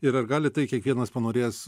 ir ar gali tai kiekvienas panorėjęs